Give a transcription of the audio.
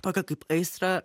tokią kaip aistrą